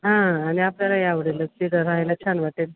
आं आणि आपल्यालाही आवडेलच तिथं राहायला छान वाटेल